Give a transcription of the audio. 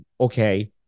okay